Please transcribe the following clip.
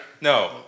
No